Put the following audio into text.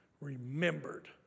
remembered